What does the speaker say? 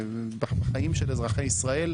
בחיים של אזרחי ישראל,